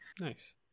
Nice